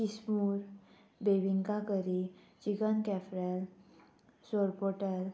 किस्मूर बेबिंका curry chicken कॅफ्रॅल सोरपोटेल